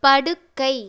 படுக்கை